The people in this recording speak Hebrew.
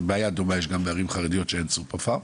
בעיה דומה שיש גם בערים חרדיות היא שאין סופר פארם,